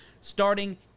starting